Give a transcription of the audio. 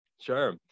Sure